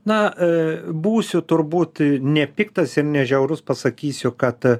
na būsiu turbūt ne piktas ir ne žiaurus pasakysiu kad